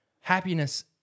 happiness